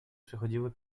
przechodziły